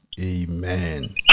Amen